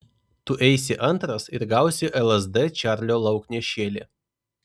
tu eisi antras ir gausi lsd čarlio lauknešėlį